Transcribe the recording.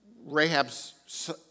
Rahab's